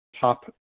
top